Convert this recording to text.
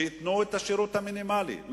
שייתנו את השירות המינימלי.